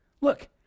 Look